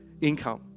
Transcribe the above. income